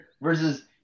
Versus